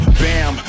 bam